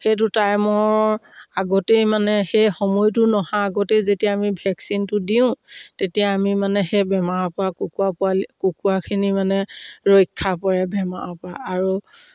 সেইটো টাইমৰ আগতেই মানে সেই সময়টো নহা আগতেই যেতিয়া আমি ভেকচিনটো দিওঁ তেতিয়া আমি মানে সেই বেমাৰৰ পৰা কুকুৰা পোৱালি কুকুৰাখিনি মানে ৰক্ষা পৰে বেমাৰৰ পৰা আৰু